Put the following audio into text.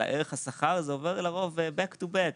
על ערך השכר זה עובר לרוב back to back.